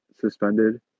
suspended